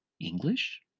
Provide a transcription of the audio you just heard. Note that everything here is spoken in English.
English